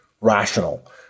rational